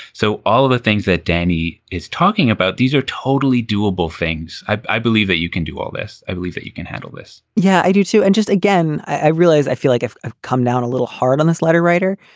so all of the things that danny is talking about, these are totally doable things. i believe that you can do all this. i believe you can handle this yeah, i do, too. and just again, i realize i feel like i've ah come down a little hard on this letter writer.